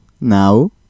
now